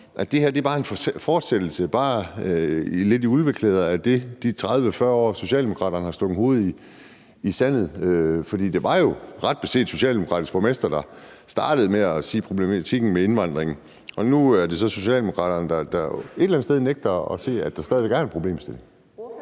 det her bare er en fortsættelse og bare lidt en udvikling af de 30-40 år, Socialdemokraterne har stukket hovedet i sandet? For det var jo ret beset en socialdemokratisk borgmester, der startede med at tale om problematikken med indvandringen, og nu er det så Socialdemokraterne, der et eller andet sted nægter at se, at der stadig væk er en problemstilling.